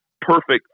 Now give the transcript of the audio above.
perfect